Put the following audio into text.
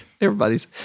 everybody's